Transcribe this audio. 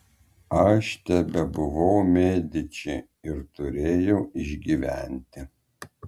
aš tebebuvau mediči ir turėjau išgyventi